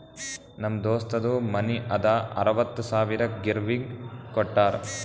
ನಮ್ ದೋಸ್ತದು ಮನಿ ಅದಾ ಅರವತ್ತ್ ಸಾವಿರಕ್ ಗಿರ್ವಿಗ್ ಕೋಟ್ಟಾರ್